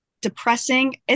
depressing